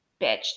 bitch